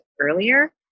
earlier